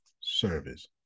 service